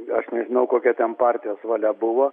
aš nežinau kokia ten partijos valia buvo